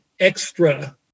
extra